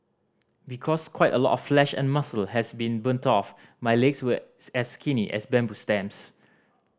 because quite a lot of flesh and muscle has been burnt off my legs were as skinny as bamboo stems